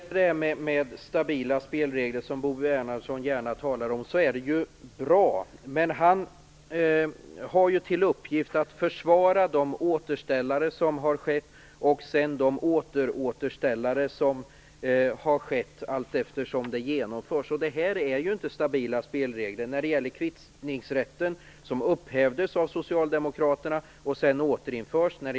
Herr talman! När det gäller detta med stabila spelregler som Bo Bernhardsson gärna talar om är det bra. Han har dock till uppgift att försvara de återställare som har skett och de åter-återställare som allteftersom har gjorts. Det här är inte stabila spelregler. Kvittningsrätten upphävdes av Socialdemokraterna och återinfördes.